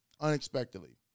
unexpectedly